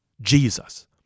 Jesus